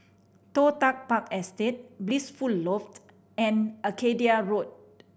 Toh Tuck Park Estate Blissful Loft and Arcadia Road